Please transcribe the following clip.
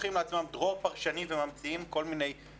לוקחים לעצמם דרור פרשני ונהלים וממציאים המצאות.